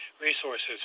resources